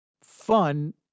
fun